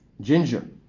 ginger